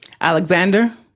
Alexander